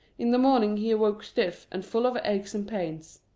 in the morning he awoke stiff and full of aches and pains.